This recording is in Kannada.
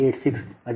4286